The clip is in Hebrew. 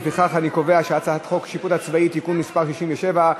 לפיכך אני קובע שהצעת חוק השיפוט הצבאי (תיקון מס' 67)